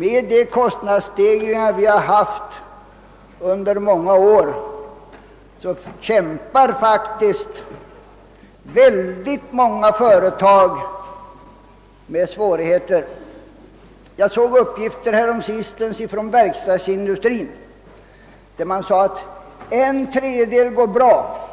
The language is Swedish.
Genom de kostnadsstegringar som förekommit under många år kämpar faktiskt många företag med svårigheter. Jag såg häromsistens några uppgifter från verkstadsindustrin som visade att cirka en tredjedel av dessa företag går bra.